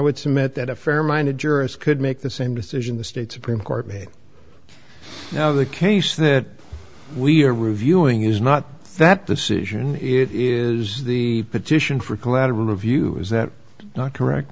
would submit that a fair minded jurist could make the same decision the state supreme court made now the case that we're reviewing is not that decision is the petition for collateral review is that not correct